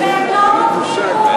והם לא עובדים,